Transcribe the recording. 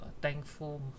thankful